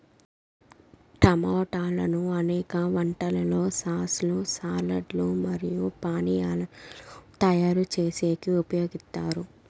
టమోటాలను అనేక వంటలలో సాస్ లు, సాలడ్ లు మరియు పానీయాలను తయారు చేసేకి ఉపయోగిత్తారు